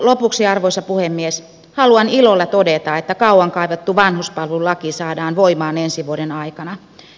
lopuksi arvoisa puhemies haluan ilolla todeta että kauan kaivattu vanhuspalvelulaki saadaan voimaan ensi vuoden aikana